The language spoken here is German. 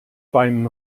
beim